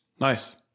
Nice